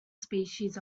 species